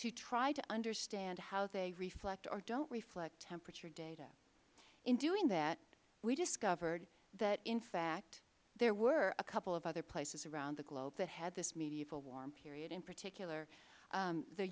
you try to understand how they reflect or don't reflect temperature data in doing that we discovered that in fact there were a couple of other places around the globe that had this medieval warm period in particular